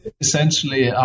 essentially –